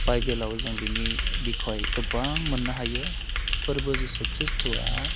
बाइबेलाव जों बिनि बिकय गोबां मोननो हायो फोरबो जिशु खृष्ट'वा